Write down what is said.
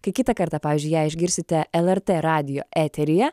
kai kitą kartą pavyzdžiui ją išgirsite lrt radijo eteryje